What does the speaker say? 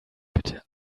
bitte